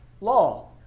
law